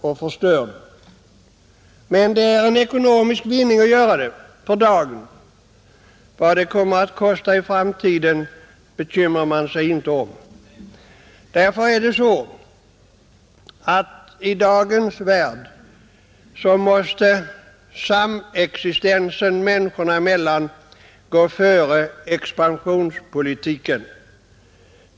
Man får emellertid ut en ekonomisk vinning av att göra det i dag. Vad det kommer att kosta i framtiden bekymrar man sig inte om. I dagens värld måste samexistensen människorna emellan gå före expansionspolitiken.